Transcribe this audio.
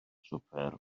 swper